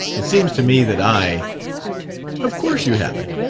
it seems to me that i of course you haven't.